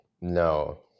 No